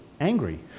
angry